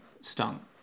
stung